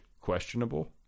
questionable